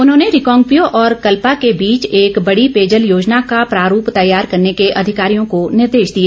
उन्होंने रिकांगपिओ और कल्पा के बीच एक बड़ी पेयजल योजना का प्रारूप तैयार करने के अधिकारियों को निर्देश दिए